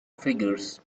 figures